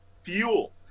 fuel